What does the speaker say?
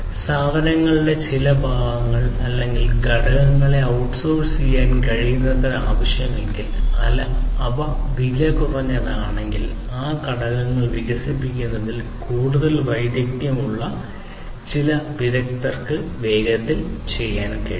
സാധനങ്ങളുടെ ചില ഭാഗങ്ങൾ അല്ലെങ്കിൽ ഘടകങ്ങളെ ഔട്ട്സോഴ്സ് ചെയ്യാൻ കഴിയുന്നത്ര ആവശ്യമെങ്കിൽ അത് വിലകുറഞ്ഞതാണെങ്കിൽ ആ ഘടകങ്ങൾ വികസിപ്പിക്കുന്നതിൽ കൂടുതൽ വൈദഗ്ധ്യമുള്ള ചില വിദഗ്ദ്ധർക്ക് വേഗത്തിൽ ചെയ്യാൻ കഴിയും